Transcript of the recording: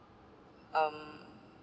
um